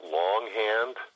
longhand